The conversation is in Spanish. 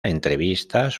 entrevistas